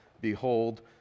Behold